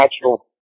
natural